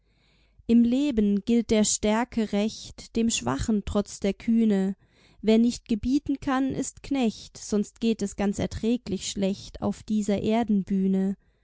im leben gilt der stärke recht dem schwachen trotzt der kühne wer nicht gebieten kann ist knecht sonst geht es ganz erträglich schlecht auf dieser erdenbühne